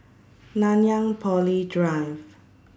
Nanyang Poly Drive